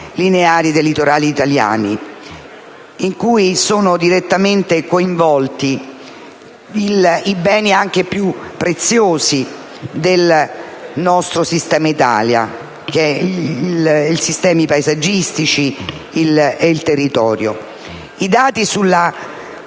lineari dei litorali italiani, in cui sono direttamente coinvolti i beni più preziosi del nostro sistema Italia: i sistemi paesaggistici e il territorio. I dati sulle